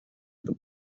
the